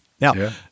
Now